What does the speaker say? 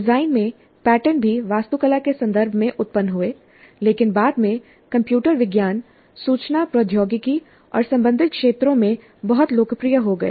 design में pattern भी वास्तुकला के संदर्भ में उत्पन्न हुए लेकिन बाद में कंप्यूटर विज्ञान सूचना प्रौद्योगिकी और संबंधित क्षेत्रों में बहुत लोकप्रिय हो गए